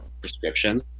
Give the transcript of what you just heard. prescription